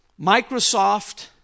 microsoft